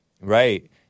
Right